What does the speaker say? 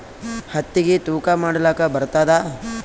ಹತ್ತಿಗಿ ತೂಕಾ ಮಾಡಲಾಕ ಬರತ್ತಾದಾ?